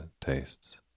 tastes